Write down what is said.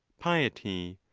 piety,